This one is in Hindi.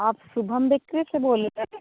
आप शुभम बेकरी से बोल रहे हैं